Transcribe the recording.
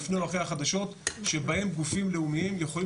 לפני או אחרי החדשות שבהן גופים לאומיים יכולים